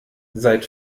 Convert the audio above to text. seit